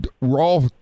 raw